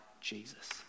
Jesus